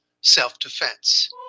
self-defense